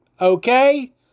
Okay